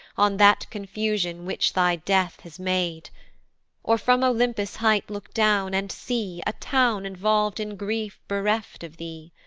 on that confusion which thy death has made or from olympus' height look down, and see a town involv'd in grief bereft of thee.